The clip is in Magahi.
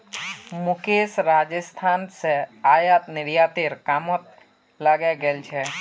मुकेश राजस्थान स आयात निर्यातेर कामत लगे गेल छ